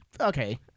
okay